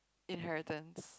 Inheritance